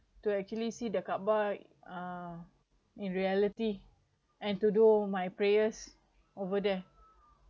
to actually see the kaaba uh in reality and to do my prayers over there